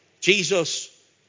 Jesus